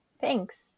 Thanks